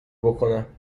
بکنم